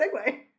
segue